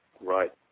Right